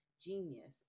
genius